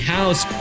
House